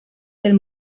del